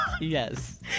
Yes